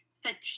fatigue